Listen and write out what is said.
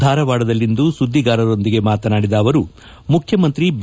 ಧಾರವಾಡದಲ್ಲಿಂದು ಸುದ್ದಿಗಾರರೊಂದಿಗೆ ಮಾತನಾಡಿದ ಅವರು ಮುಖ್ಯಮಂತ್ರಿ ಬಿ